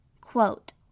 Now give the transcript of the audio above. Quote